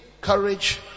courage